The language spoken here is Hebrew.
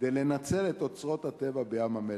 כדי לנצל את אוצרות הטבע בים-המלח.